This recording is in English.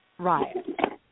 right